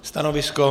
Stanovisko?